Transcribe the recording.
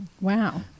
Wow